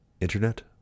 internet